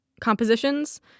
compositions